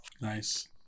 Nice